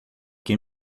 que